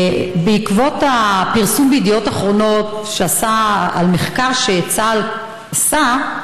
לפי פרסום בידיעות אחרונות על מחקר שצה"ל עשה,